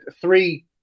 three